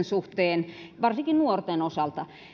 suhteen varsinkin nuorten osalta